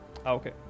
Okay